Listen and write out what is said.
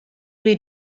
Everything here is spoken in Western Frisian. wie